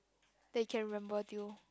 they can remember till